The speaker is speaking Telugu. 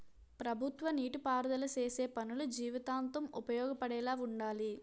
ప్రభుత్వ నీటి పారుదల సేసే పనులు జీవితాంతం ఉపయోగపడేలా వుండాలి